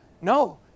No